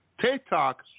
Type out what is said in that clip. TikTok